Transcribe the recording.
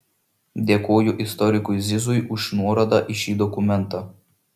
dėkoju istorikui zizui už nuorodą į šį dokumentą